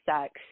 sex